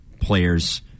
players